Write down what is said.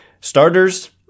Starters